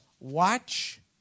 Watch